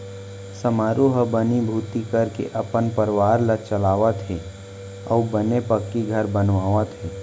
समारू ह बनीभूती करके अपन परवार ल चलावत हे अउ बने पक्की घर बनवावत हे